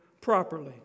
properly